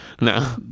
No